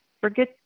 forget